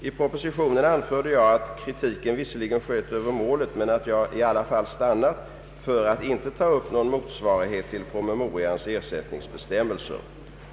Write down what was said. I propositionen anförde jag att kritiken visserligen sköt över målet, men att jag ändå stannat för att inte ta upp någon motsvarighet till promemorians ersättningsbestämmelser.